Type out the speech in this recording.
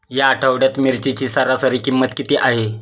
या आठवड्यात मिरचीची सरासरी किंमत किती आहे?